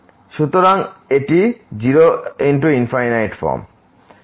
সুতরাং এটি ∞× 0 ফর্ম